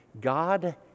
God